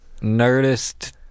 Nerdist